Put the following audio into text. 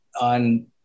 on